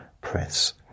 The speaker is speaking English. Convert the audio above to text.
press